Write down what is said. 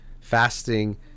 fasting